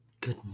good